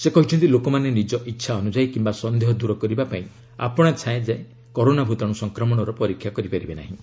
ସେ କହିଛନ୍ତି ଲୋକମାନେ ନିଜ ଇଚ୍ଛା ଅନୁଯାୟୀ କିମ୍ବା ସନ୍ଦେହ ଦୂର କରିବା ପାଇଁ ଆପଣାଛାଏଁ କରୋନା ଭୂତାଣୁ ସଂକ୍ରମଣ ପରୀକ୍ଷା କରିପାରିବେ ନାହିଁ